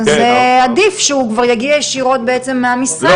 אז כבר עדיף שהוא יגיע ישירות בעצם מהמשרד.